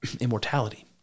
immortality